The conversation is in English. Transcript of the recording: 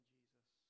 Jesus